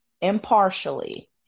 impartially